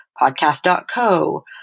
podcast.co